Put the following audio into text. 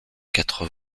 quatre